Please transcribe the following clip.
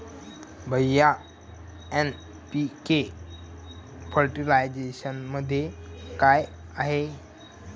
भैय्या एन.पी.के फर्टिलायझरमध्ये काय आहे?